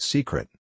Secret